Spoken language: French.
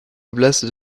oblasts